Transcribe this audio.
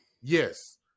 Yes